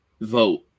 vote